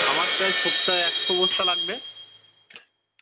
আমার প্রায় সবটা একশো বস্তা লাগবে